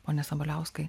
pone sabaliauskai